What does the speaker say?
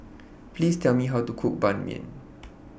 Please Tell Me How to Cook Ban Mian